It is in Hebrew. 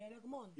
יעל אגמון.